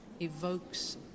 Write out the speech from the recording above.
evokes